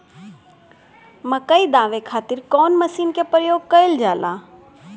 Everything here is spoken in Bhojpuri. मकई दावे खातीर कउन मसीन के प्रयोग कईल जाला?